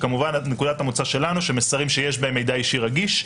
כשכמובן נקודת המוצא שלנו שמסרים שיש בהם מידע אישי רגיש,